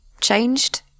changed